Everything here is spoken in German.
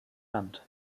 land